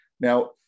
Now